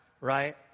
right